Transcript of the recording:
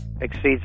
exceeds